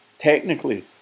Technically